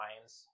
lines